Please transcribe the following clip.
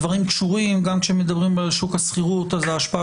הדברים קשורים גם כשמדברים על שוק השכירות אז ההשפעה